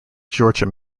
georgia